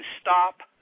stop